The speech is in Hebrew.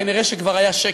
כנראה כבר היה שקט.